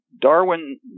Darwin